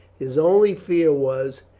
his only fear was,